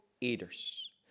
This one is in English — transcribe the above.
eaters